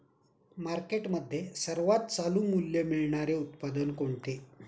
मार्केटमध्ये सर्वात चालू मूल्य मिळणारे उत्पादन कोणते?